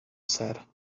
said